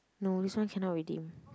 no this one cannot redeem